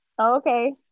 okay